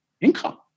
income